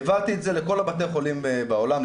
העברתי את זה לכל בתי החולים בעולם,